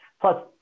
Plus